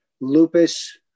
lupus